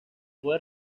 fue